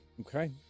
Okay